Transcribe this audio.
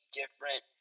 different